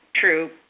true